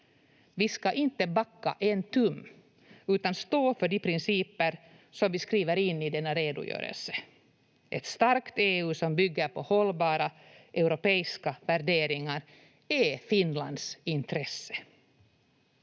Vi ska inte backa en tum, utan stå för de principer som vi skriver in i denna redogörelse. Ett starkt EU som bygger på hållbara europeiska värderingar är Finlands intresse.